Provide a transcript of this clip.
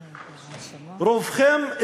רובכם,